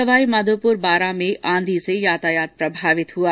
सवाईमाघोपुर बारां में आंधी से यातायात प्रभावित हुआ